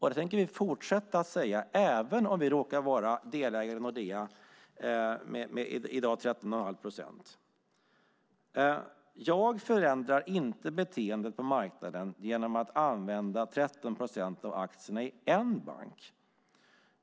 Detta tänker vi fortsätta att säga även om vi råkar vara delägare i Nordea med i dag 13,5 procent. Jag förändrar inte beteendet på marknaden genom att använda 13 procent av aktierna i en viss bank.